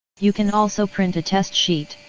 you can also print a test sheet.